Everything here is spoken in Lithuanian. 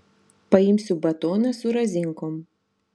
paimsiu batoną su razinkom